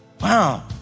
wow